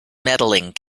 medaling